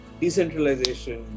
decentralization